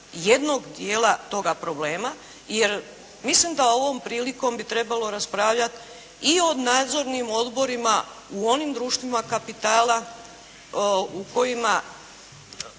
Jednog dijela toga problema, jer mislim da ovom prilikom bi trebalo raspravljat i o nadzornim odborima u onim društvima kapitala u kojima